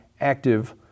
active